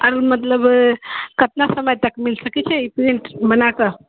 आरो मतलब कितना समय तक मिल सकैत छै ई प्रिंट बना कऽ